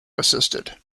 assisted